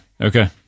Okay